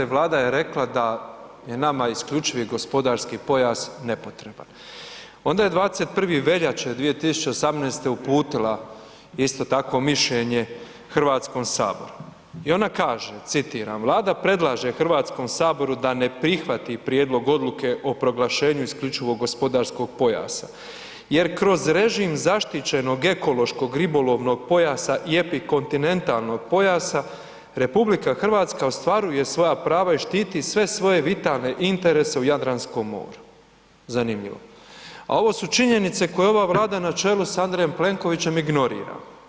Vlada je rekla da je nama isključivi gospodarski pojas nepotreban, onda je 21. veljače 2018. uputila isto tako mišljenje HS i ona kaže citiram „Vlada predlaže HS da ne prihvati prijedlog odluke o proglašenju isključivog gospodarskog pojasa jer kroz režim zaštićenog ekološkog ribolovnog pojasa i epikontinentalnog pojasa RH ostvaruje svoja prava i štiti sve svoje vitalne interese u Jadranskom moru.“ Zanimljivo, a ovo su činjenice koje ova Vlada na čelu sa Andrejem Plenkovićem igonorira.